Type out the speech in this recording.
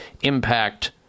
impact